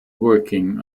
working